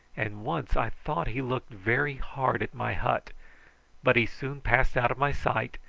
and once i thought he looked very hard at my hut but he soon passed out of my sight,